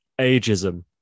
Ageism